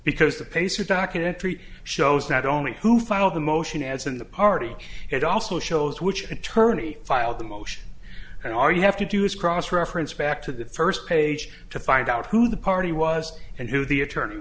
because the pacer documentary shows not only who filed the motion as in the party it also shows which attorney filed the motion and all you have to do is cross reference back to the first page to find out who the party was and who the attorney